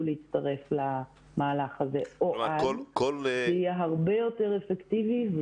להצטרף למהלך הזה כי אז זה יהיה הרבה יותר אפקטיבי.